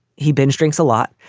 he binge drinks a lot.